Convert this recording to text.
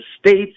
states